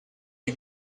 you